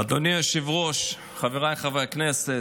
אדוני היושב-ראש, חבריי חברי הכנסת,